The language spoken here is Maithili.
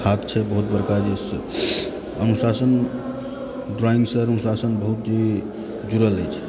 धाक छै बहुत बड़का जे छै से अनुशासन ड्राइंगसँ अनुशासन बहुत ही जुड़ल अछि